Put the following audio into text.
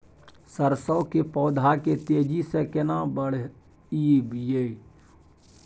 सरसो के पौधा के तेजी से केना बढईये?